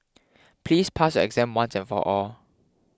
please pass your exam once and for all